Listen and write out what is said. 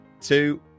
two